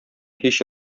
һич